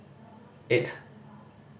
eight